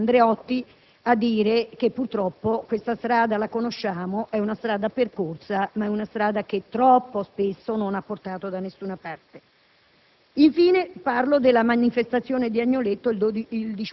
Bene ha fatto il senatore Andreotti a dichiarare che purtroppo questa strada la conosciamo: è una strada percorsa, ma che troppo spesso non ha portato da nessuna parte.